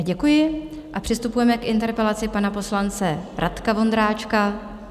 Děkuji a přistupujeme k interpelaci pana poslance Radka Vondráčka.